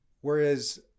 Whereas